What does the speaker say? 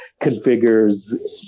configures